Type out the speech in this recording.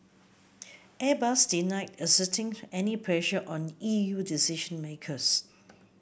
Airbus denied exerting any pressure on E U decision makers